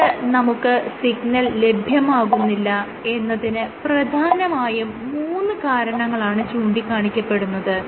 എന്തുകൊണ്ട് നമുക്ക് സിഗ്നൽ ലഭ്യമാകുന്നില്ല എന്നതിന് പ്രധാനമായും മൂന്ന് കാരണങ്ങളാണ് ചൂണ്ടിക്കാണിക്കപ്പെടുന്നത്